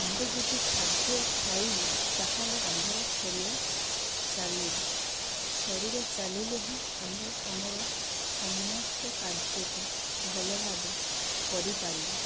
ଆମ୍ଭେ ଯଦି ଖାଦ୍ୟ ଖାଇବୁ ତାହେଲେ ଆମ୍ଭର ଶରୀର ଚାଲିବ ଶରୀର ଚାଲିଲେ ହିଁ ଆମେ ଆମର ସମସ୍ତ କାର୍ଯ୍ୟକୁ ଭଲ ଭାବେ କରିପାରିବୁ